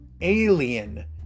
alien